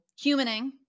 humaning